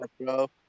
bro